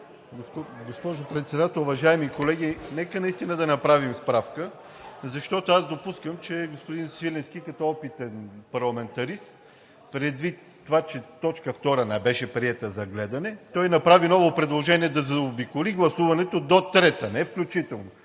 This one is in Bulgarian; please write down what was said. Госпожо Председател, уважаеми колеги! Нека наистина да направим справка, защото аз допускам, че господин Свиленски като опитен парламентарист, предвид това, че точка втора не беше приета за гледане, направи ново предложение да заобиколи гласуването – до трета, не включително.